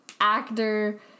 actor